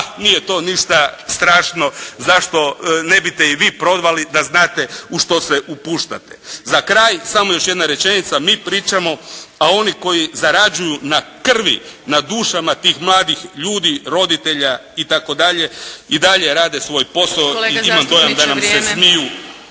nije to ništa strašno, pa zašto ne bite i vi probali da znate u što se upuštate. Za kraj, samo još jedna rečenica. Mi pričamo, pa oni koji zarađuju na krvi, na dušama tih mladih ljudi, roditelja itd. i dalje rade svoj posao. Imam dojam da nam se smiju